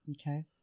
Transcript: Okay